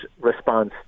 response